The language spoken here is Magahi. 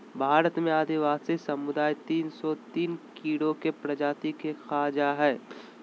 भारत में आदिवासी समुदाय तिन सो तिन कीड़ों के प्रजाति के खा जा हइ